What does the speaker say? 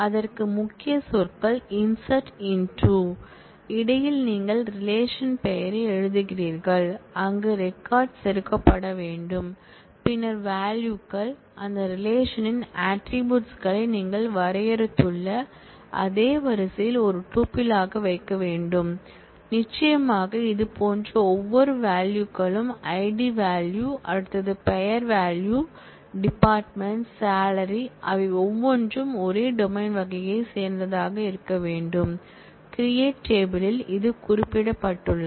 அதற்கான முக்கிய சொற்கள் insert into இடையில் நீங்கள் ரிலேஷன் பெயரை எழுதுகிறீர்கள் அங்கு ரெக்கார்ட் செருகப்பட வேண்டும் பின்னர் வால்யூகள் அந்த ரிலேஷன்ன் ஆட்ரிபூட்ஸ் களை நீங்கள் வரையறுத்துள்ள அதே வரிசையில் ஒரு டூப்பிள் ஆக வைக்க வேண்டும் நிச்சயமாக இது போன்ற ஒவ்வொரு வால்யூகளும் ஐடி வால்யூ அடுத்தது பெயர் வால்யூ டிபார்ட்மென்ட் சாலரி அவை ஒவ்வொன்றும் ஒரே டொமைன் வகையைச் சேர்ந்ததாக இருக்க வேண்டும் கிரியேட் டேபிள் ல் குறிப்பிடப்பட்டுள்ளது